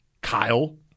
Kyle